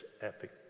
epic